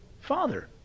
father